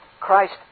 Christ